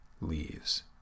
leaves